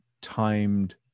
timed